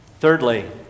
Thirdly